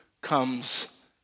comes